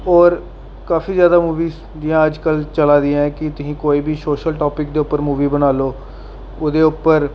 होर काफी जैदा मूवियां जि'यां अजकल चलां दियां कि तुस कोई बी सोशल टापिक दे उप्पर मूवी बनाई लैओ ओह्दे उप्पर